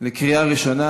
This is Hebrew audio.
בקריאה ראשונה.